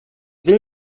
will